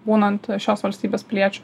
būnant šios valstybės piliečiu